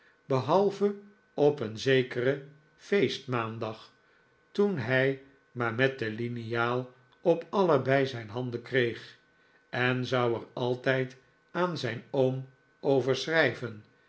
behalve op een zekeren feest maandag toen hij maar met de liniaal op allebei zijn handen kreeg en zou er altijd aan zijn oom over schrijven